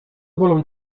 bolą